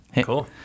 Cool